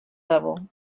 level